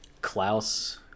klaus